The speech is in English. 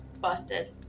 busted